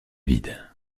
vide